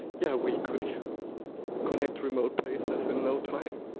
yeah we could connect remote places in no time